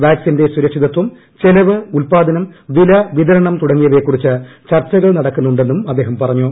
വാക്സിന്റെ സുരക്ഷിതത്വം ചെലവ് ഉത്പാദനം വില വിതരണം തുടങ്ങിയവയെക്കുറിച്ച് ചർച്ചകൾ നടക്കുന്നുണ്ടെന്നും അദ്ദേഹം പറഞ്ഞു